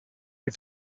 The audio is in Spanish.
les